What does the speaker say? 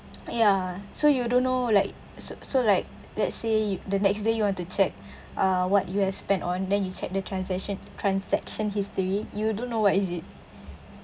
ya so you don't know like so so like let's say the next day you want to check uh what you had spent on then you check the transaction transaction history you don't know what is it